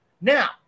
Now